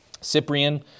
Cyprian